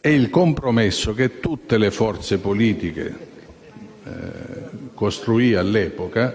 Il compromesso che tutte le forze politiche costruirono all'epoca